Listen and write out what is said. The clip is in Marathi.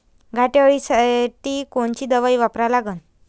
घाटे अळी साठी कोनची दवाई वापरा लागन?